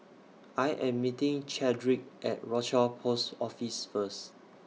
I Am meeting Chadrick At Rochor Post Office First